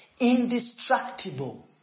indestructible